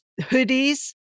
hoodies